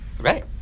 right